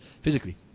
physically